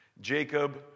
Jacob